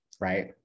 right